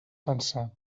pensar